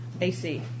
AC